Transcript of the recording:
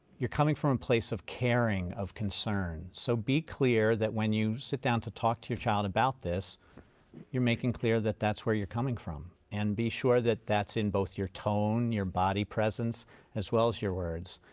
you're coming from a place of caring, of concern so be clear that when you sit down to talk to your child about this you're making clear that that's where you're coming from and be sure that that's in both your tone, your body presence as well as your words.